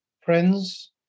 friends